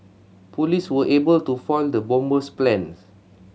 police were able to foil the bomber's plans